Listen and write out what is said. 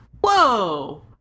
whoa